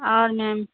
और मैम